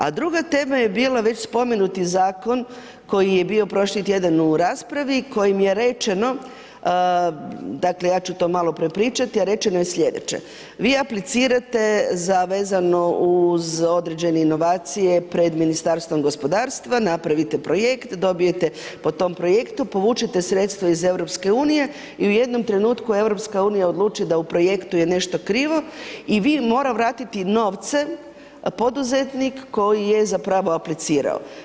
A druga tema je bila već spomenuti zakon koji je bio prošli tjedan u raspravi kojim je rečeno, dakle ja ću to malo prepričati, a rečeno je sljedeće, vi aplicirate vezano uz određene inovacije pred Ministarstvom gospodarstva, napravite projekte dobijete po tom projektu, povučete sredstva iz EU i u jednom trenutku EU odluči da u projektu je nešto krivo i vi mora vratiti novce poduzetnik koji je zapravo aplicirao.